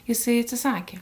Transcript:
jisai atsisakė